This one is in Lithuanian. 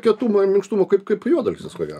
kietumo ir minkštumo kaip kaip juodalksnis ko gero